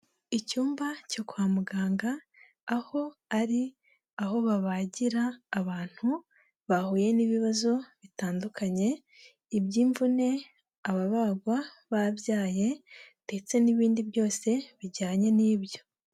Icyumba cyo kwa muganga aho ari aho babagira abantu bahuye n'ibibazo bitandukanye, iby'imvune, ababagwa babyaye ndetse n'ibindi byose bijyanye n'ibyo.